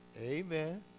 Amen